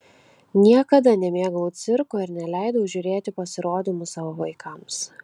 niekada nemėgau cirko ir neleidau žiūrėti pasirodymų savo vaikams